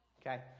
okay